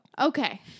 Okay